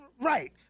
Right